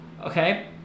Okay